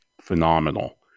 phenomenal